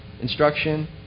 instruction